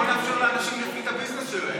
בוא נאפשר לאנשים להפעיל את הביזנס שלהם.